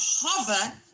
hover